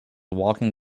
walking